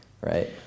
right